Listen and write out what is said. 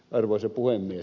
arvoisa puhemies